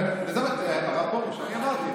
הרב פרוש, אמרתי.